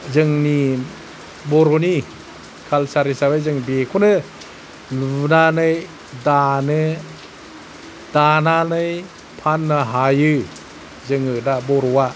जोंनि बर'नि कालसार हिसाबै जों बेखौनो लुनानै दानो दानानै फाननो हायो जोङो दा बर'आ